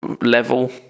level